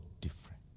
different